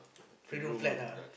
three room flat ah